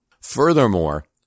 Furthermore